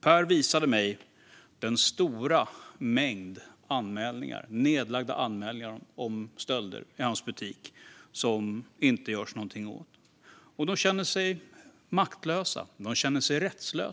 Per visade mig en stor mängd anmälningar - nedlagda anmälningar - om stölder i hans butik som det inte görs någonting åt. De känner sig maktlösa och rättslösa. De känner